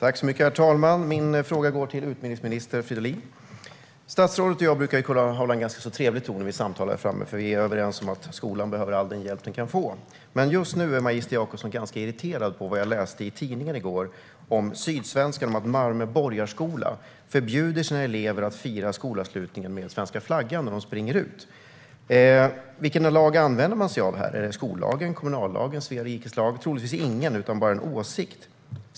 Herr talman! Min fråga går till utbildningsminister Fridolin. Statsrådet och jag brukar kunna hålla en trevlig ton när vi samtalar här, för vi är överens om att skolan behöver all hjälp den kan få. Men just nu är magister Jakobsson ganska irriterad. I går läste jag i Sydsvenskan att Malmö Borgarskola förbjuder sina elever att fira skolavslutningen med svenska flaggan när de springer ut. Vilken lag använder sig skolan av? Är det skollagen, kommunallagen eller Sveriges rikes lag? Troligtvis ingen, utan det är bara en åsikt.